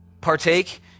partake